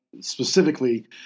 Specifically